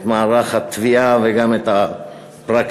את מערך התביעה וגם את הפרקליטות.